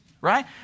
right